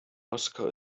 moskau